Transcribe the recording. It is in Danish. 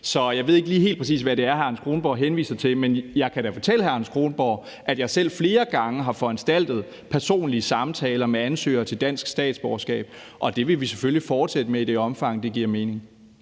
Så jeg ved ikke lige helt præcis, hvad det er, hr. Anders Kronborg henviser til, men jeg kan da fortælle hr. Anders Kronborg, at jeg selv flere gange har foranstaltet personlige samtaler med ansøgere til dansk statsborgerskab, og det vil vi selvfølgelig fortsætte med i det omfang, det giver mening.